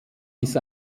ist